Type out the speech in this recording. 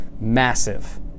massive